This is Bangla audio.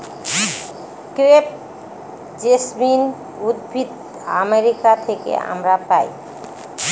ক্রেপ জেসমিন উদ্ভিদ আমেরিকা থেকে আমরা পাই